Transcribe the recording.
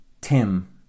Tim